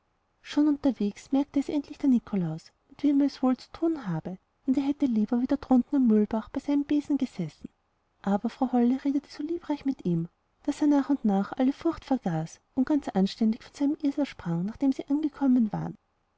schon unterwegs merkte es endlich der nikolaus mit wem er es wohl zu tun habe und er hätte lieber wieder drunten am mühlbach bei seinen besen gesessen aber frau holle redete so liebreich mit ihm daß er nach und nach alle furcht vergaß und ganz anständig von seinem esel sprang nachdem sie angekommen waren